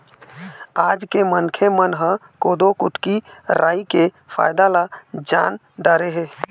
आज के मनखे मन ह कोदो, कुटकी, राई के फायदा ल जान डारे हे